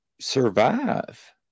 survive